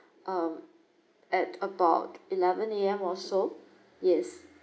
um at about eleven A_M or so yes